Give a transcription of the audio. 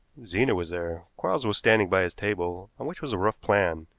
zena was there. quarles was standing by his table, on which was a rough plan,